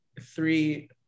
three